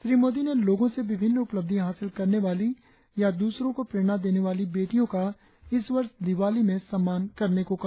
श्री मोदी ने लोगों से विभिन्न उपलब्धियां हासिल करने वाली या दूसरों को प्रेरणा देने वाली बेटियों का इस वर्ष दिवाली में सम्मान करने को कहा